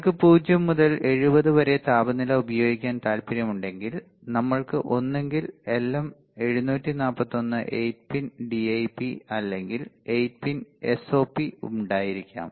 നിങ്ങൾക്ക് 0 മുതൽ 70 വരെ താപനില ഉപയോഗിക്കാൻ താൽപ്പര്യമുണ്ടെങ്കിൽ നമ്മൾക്ക് ഒന്നുകിൽ എൽഎം 741 8 പിൻ ഡിഐപി അല്ലെങ്കിൽ 8 പിൻ എസ്ഒപി ഉണ്ടായിരിക്കാം